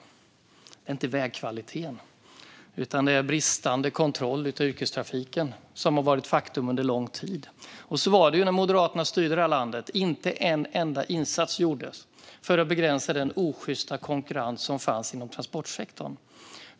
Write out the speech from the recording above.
Detta handlar alltså inte om vägkvaliteten utan om att bristande kontroll av yrkestrafiken har varit ett faktum under lång tid. Så var det när Moderaterna styrde det här landet. Inte en enda insats gjordes för att begränsa den osjysta konkurrensen inom transportsektorn.